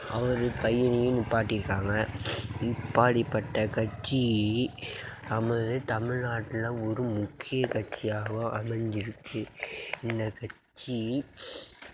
அவர் பையனையும் நிற்பாட்டி இருக்காங்க இப்படிப்பட்ட கட்சி தமிழ் தமிழ்நாட்டில் ஒரு முக்கிய கட்சியாகவும் அமைஞ்சுருக்கு இந்த கட்சி